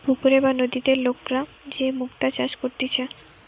পুকুরে বা নদীতে লোকরা যে মুক্তা চাষ করতিছে